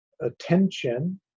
attention